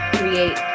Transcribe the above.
create